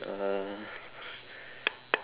uh